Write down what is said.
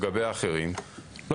לגבי אחרים אני לא